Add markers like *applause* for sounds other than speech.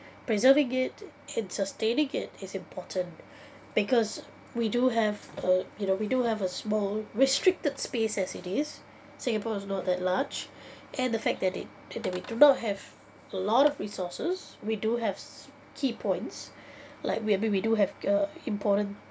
preserving it and sustaining it is important *breath* because we do have a you know we do have a small restricted space as it is singapore is not that large *breath* and the fact that it and that we do not have a lot of resources we do have s~ key points *breath* like we maybe we do have a important